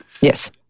Yes